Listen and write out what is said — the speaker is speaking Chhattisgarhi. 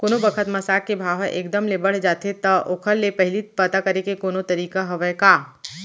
कोनो बखत म साग के भाव ह एक दम ले बढ़ जाथे त ओखर ले पहिली पता करे के कोनो तरीका हवय का?